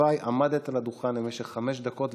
אחרי סעיף 1 לא נתקבלה.